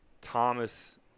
Thomas